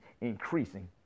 increasing